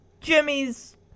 Jimmy's